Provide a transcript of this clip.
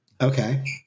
Okay